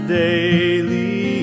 daily